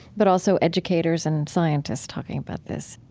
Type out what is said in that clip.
but also educators and scientists talking about this.